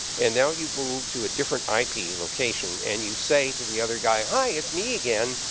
and now you move to a different i p. location, and you say to the other guy, hi, it's me again.